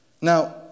Now